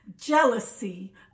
jealousy